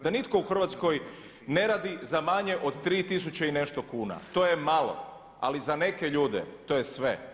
Da nitko u Hrvatskoj ne radi za manje od 3 tisuće i nešto kuna, to je malo ali za neke ljude to je sve.